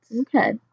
okay